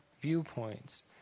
viewpoints